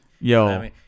Yo